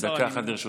דקה אחת לרשותך.